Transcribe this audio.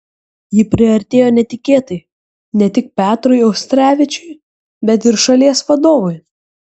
ji priartėjo netikėtai ne tik petrui auštrevičiui bet ir šalies vadovui